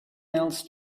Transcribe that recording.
else